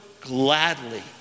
gladly